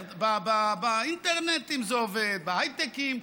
באינטרנטים זה עובד, בהייטקים.